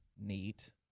Neat